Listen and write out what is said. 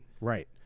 right